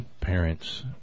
parents